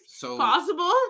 possible